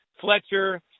Fletcher